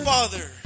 Father